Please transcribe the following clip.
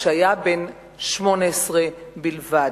כשהיה בן 18 בלבד.